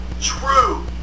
true